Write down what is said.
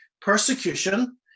persecution